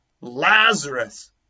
Lazarus